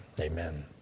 Amen